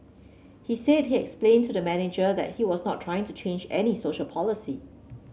he said he explained to the manager that he was not trying to change any social policy